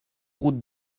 route